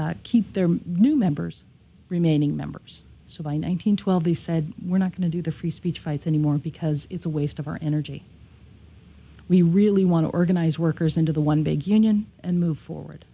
and keep their new members remaining members so by nine hundred twelve he said we're not going to do the free speech fights anymore because it's a waste of our energy we really want to organize workers into the one big union and move forward